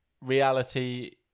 reality